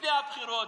לפני הבחירות,